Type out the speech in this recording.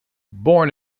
born